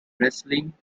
wrestling